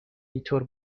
اینطور